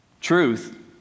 truth